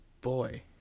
boy